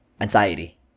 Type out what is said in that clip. anxiety